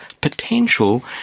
potential